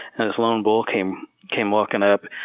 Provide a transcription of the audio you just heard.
and this lone bull came came walking up,